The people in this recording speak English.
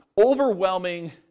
overwhelming